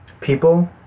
people